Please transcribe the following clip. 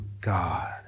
God